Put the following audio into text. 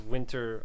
Winter